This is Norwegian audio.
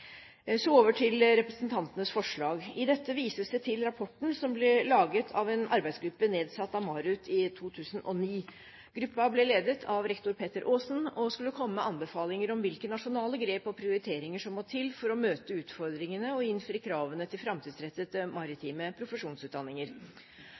Så over til representantenes forslag: I dette vises det til rapporten som ble laget av en arbeidsgruppe nedsatt av MARUT i 2009. Gruppen ble ledet av rektor Petter Aasen og skulle komme med anbefalinger om hvilke nasjonale grep og prioriteringer som må til for å møte utfordringene og innfri kravene til